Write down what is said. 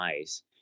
ice